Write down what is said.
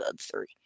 three